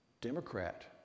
Democrat